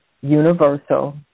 Universal